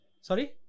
Sorry